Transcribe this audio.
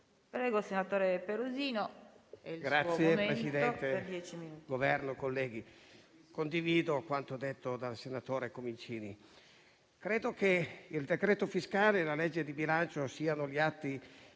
Presidente, rappresentante del Governo, colleghi, condivido quanto detto dal senatore Comincini. Credo che il decreto fiscale e la legge di bilancio siano gli atti